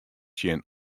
sjen